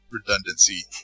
redundancy